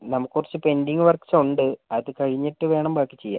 നമുക്ക് കുറച്ച് pending works ഉണ്ട് അത് കഴിഞ്ഞിട്ട് വേണം ബാക്കി ചെയ്യാൻ